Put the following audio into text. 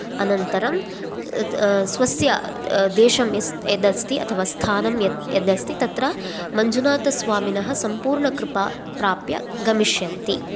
अनन्तरं स्वस्य देशं यद् अस्ति अथवा स्थानं यत् यद् अस्ति तत्र मञ्जुनाथस्वामिनः सम्पूर्णकृपां प्राप्य गमिष्यन्ति